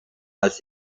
als